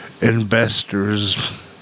investors